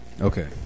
Okay